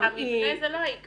היא -- המבנה זה לא העיקר,